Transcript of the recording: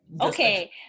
okay